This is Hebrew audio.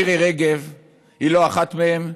מירי רגב היא לא אחת מהן.